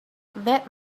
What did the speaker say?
that